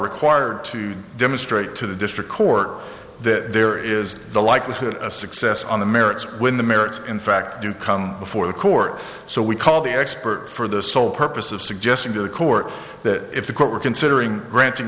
required to demonstrate to the district court that there is the likelihood of success on the merits when the merits in fact do come before the court so we called the expert for the sole purpose of suggesting to the court that if the court were considering granting